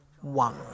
one